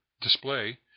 display